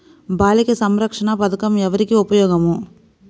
బాలిక సంరక్షణ పథకం ఎవరికి ఉపయోగము?